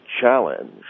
challenge